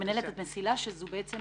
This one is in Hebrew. אני מנהלת מסיל"ה שזו בעצם